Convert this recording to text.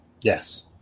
Yes